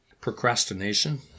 Procrastination